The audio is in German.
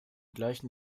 gleichen